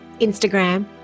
Instagram